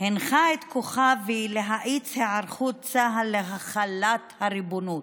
הנחה את כוכבי להאיץ את היערכות צה"ל להחלת הריבונות.